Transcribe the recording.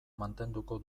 mantenduko